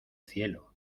cielo